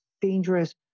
dangerous